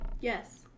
yes